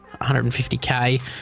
150k